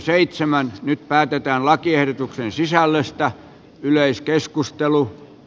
nyt päätetään lakiehdotusten sisällöstä yleiskeskustelua